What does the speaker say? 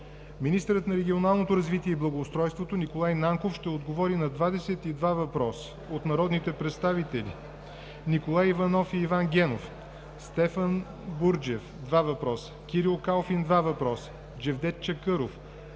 Министърът на регионалното развитие и благоустройството Николай Нанков ще отговори на 22 въпроса от народните представители Николай Иванов и Иван Генов; Стефан Бурджев – два въпроса;